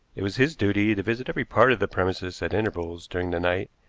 it was his duty to visit every part of the premises at intervals during the night,